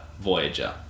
Voyager